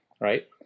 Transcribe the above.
right